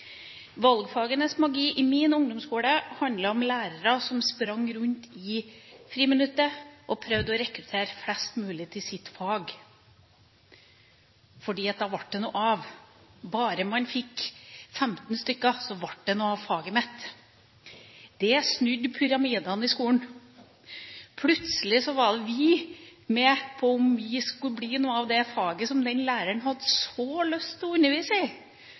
i min ungdomsskole handler om lærere som sprang rundt i friminuttet og prøvde å rekruttere flest mulig til sitt fag, for da ble det noe av. Bare man fikk 15 stykker, ble det noe av «faget mitt». Det snudde pyramidene i skolen. Plutselig var vi med på å avgjøre om det skulle bli noe av det faget som den læreren hadde så lyst til å undervise i,